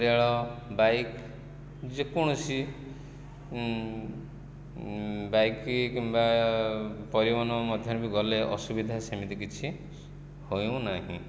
ରେଳ ବାଇକ୍ ଯେକୌଣସି ବାଇକ୍ କିମ୍ବା ପରିବହନ ମଧ୍ୟରେ ବି ଗଲେ ଅସୁବିଧା ସେମିତି କିଛି ହେଉ ନାହିଁ